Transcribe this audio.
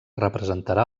representarà